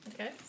Okay